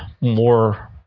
more